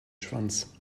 schwanz